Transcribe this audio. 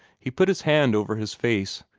he put his hand over his face,